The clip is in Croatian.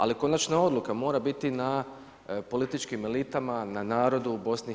Ali konačna odluka mora biti na političkim elitama, na narodu u BIH.